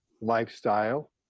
lifestyle